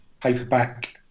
paperback